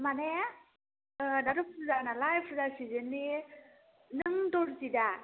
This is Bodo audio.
माने दाथ' फुजा नालाय फुजा सिजेननि नों दर्जि दा